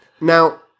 now